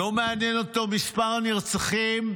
לא מעניין אותו מספר הנרצחים